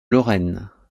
lorraine